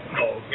Okay